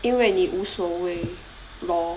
因为你无所谓 lor